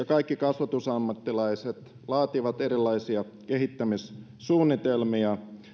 kaikki kasvatusammattilaiset laativat erilaisia kehittämissuunnitelmia